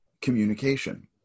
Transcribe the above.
communication